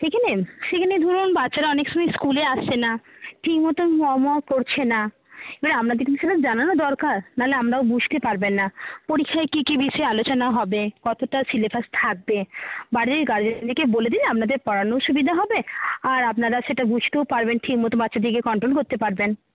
সেখানে সেখানে ধরুন বাচ্চারা অনেক সময় স্কুলে আসছে না ঠিকমতন হোমওয়ার্ক করছে না এবার আপনাদেরকে সেটা জানানো দরকার নাহলে আপনারাও বুঝতে পারবেন না পরীক্ষায় কী কী বিষয় আলোচনা হবে কতটা সিলেবাস থাকবে বাড়ির গার্জেনদেরকে বলে দিলে আপনাদের পড়ানোও সুবিধা হবে আর আপনারা সেটা বুঝতেও পারবেন ঠিকমতো বাচ্চাদেরকে কন্ট্রোল করতে পারবেন